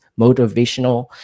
motivational